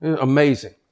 Amazing